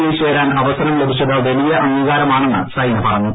യിൽ ചേരാൻ അവസരം ലഭിച്ചത് വലിയ അംഗീകാരമാണെന്ന് സൈന പറഞ്ഞു